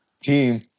team